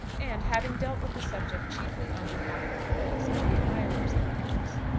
and, having dealt with the subject chiefly on behalf of the close and the admirers of the close,